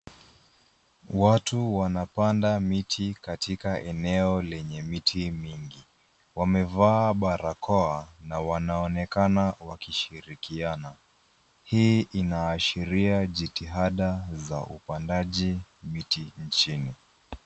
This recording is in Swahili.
Watu wanapanda miti katika eneo lenye miti mingi. Wamevaa barakoa na wanaonekana wakishirikiana. Hii inaashiria jitihada za upandaji miti nchini.